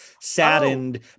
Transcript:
saddened